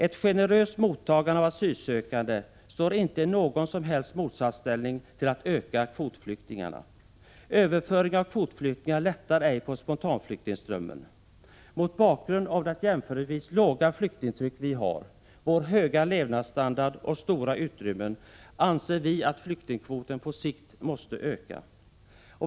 Ett generöst mottagande av asylsökande står inte i någon som helst motsatsställning till en ökning av kvotflyktingarna. Genom överföring av kvotflyktingar lättar man ej på spontanflyktingströmmen. Mot bakgrund av det jämförelsevis låga flyktingtryck som vi har, vår höga levnadsstandard och de stora utrymmena anser vi att flyktingkvoten på sikt måste öka.